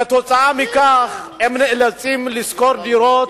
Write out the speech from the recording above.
כתוצאה מכך הם נאלצים לשכור דירות